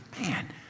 man